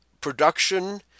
production